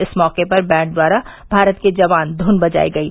इस मौके पर बैन्ड द्वारा भारत के जवान ध्वन बजायी गयी